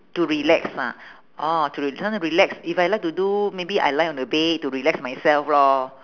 to relax ah orh to re~ want to relax if I like to do maybe I lie on the bed to relax myself lor